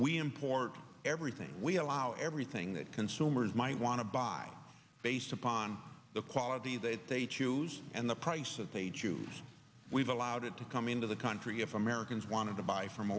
we import everything we allow everything that consumers might want to buy based upon the quality that they choose and the price that they choose we've allowed it to come into the country if americans want to buy from